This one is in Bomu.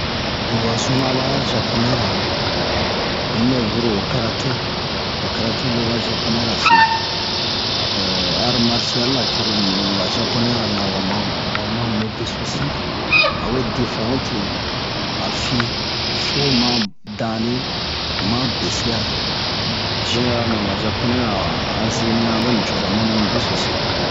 Biye wa zuna ba zaponɛra un yi bɛ vuru ho karate ho karate lo ba zaponɛra se arm marsial cururu mibini ho ba zaponɛra na wa mamu wa ma mube besosi a we defan ote a fi fuwo ma dane ma bese'a zeneraleman aba zaponɛra a a zeni'a ba nicoza ma mu beso si